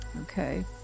Okay